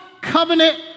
covenant